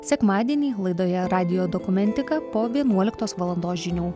sekmadienį laidoje radijo dokumentika po vienuoliktos valandos žinių